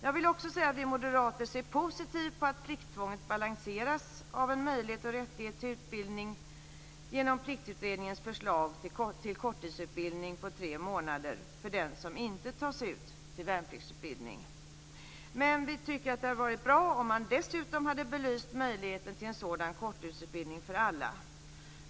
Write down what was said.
Jag vill också säga att vi moderater ser positivt på att plikttvånget balanseras av en möjlighet och rättighet till utbildning genom Pliktutredningens förslag på korttidsutbildning på tre månader för den som inte tas ut till värnpliktsutbildning. Men vi tycker att det hade varit bra om man dessutom hade belyst möjligheten till en sådan korttidsutbildning för alla.